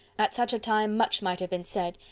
at such a time much might have been said,